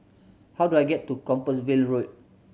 how do I get to Compassvale Road